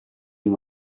you